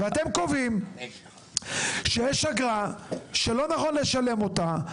אתם קובעים שיש אגרה שלא נכון לשלם אותה,